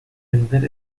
vender